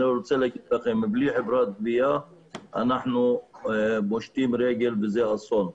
אני רוצה להגיד לכם שבלי חברת גבייה אנחנו נפשוט רגל וזה יהיה אסון.